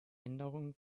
änderung